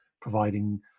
providing